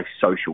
social